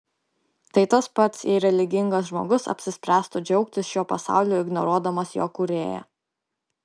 tai tas pats jei religingas žmogus apsispręstų džiaugtis šiuo pasauliu ignoruodamas jo kūrėją